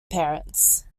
parents